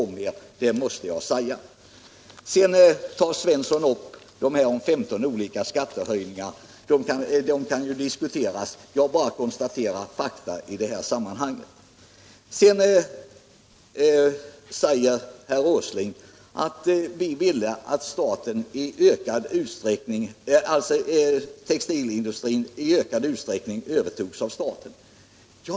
Sedan tog herr Svensson i Skara upp de femton olika skattehöjningarna. De kan ju diskuteras; jag bara konstaterar fakta i detta sammanhang. Herr Åsling sade att vi ville att textilindustrin i ökad utsträckning skall övertas av staten.